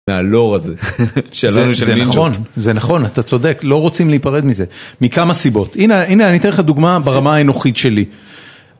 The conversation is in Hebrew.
מה הלא הזה, זה נכון, זה נכון, אתה צודק, לא רוצים להיפרד מזה, מכמה סיבות, הנה אני אתן לך דוגמה ברמה האנוכית שלי.